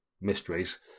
mysteries